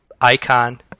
Icon